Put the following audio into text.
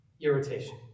irritation